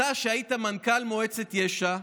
אתה, שהיית מנכ"ל מועצת יש"ע,